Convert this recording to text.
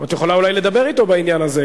את אולי יכולה לדבר אתו בעניין הזה.